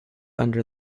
under